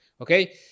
Okay